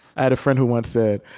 i had a friend who once said,